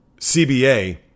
CBA